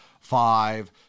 five